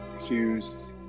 Hughes